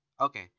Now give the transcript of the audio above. okay